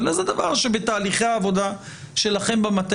אלא זה דבר שבתהליכי העבודה שלכם במטה